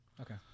Okay